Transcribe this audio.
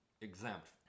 exempt